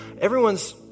Everyone's